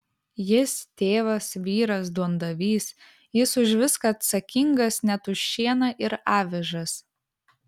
jis tėvas vyras duondavys jis už viską atsakingas net už šieną ir avižas